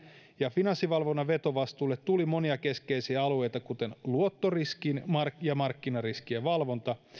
ja finanssivalvonnan vetovastuulle tuli monia keskeisiä alueita kuten luottoriskin ja markkinariskien valvonta